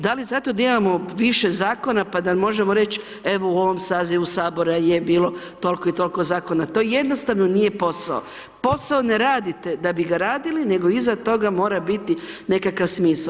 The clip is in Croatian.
Da li zato da imamo više zakona pa da možemo reći evo u ovom sazivu Sabora je bilo toliko i tolik zakona, to jednostavno nije posao, posao ne radite da bi ga radili nego iza toga mora biti nekakav smisao.